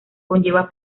conlleva